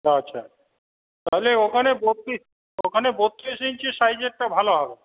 আচ্ছা তাহলে ওখানে বত্রিশ ওখানে বত্রিশ ইঞ্চির সাইজেরটা ভালো হবে